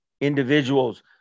individuals